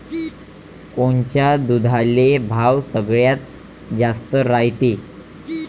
कोनच्या दुधाले भाव सगळ्यात जास्त रायते?